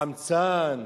חמצן,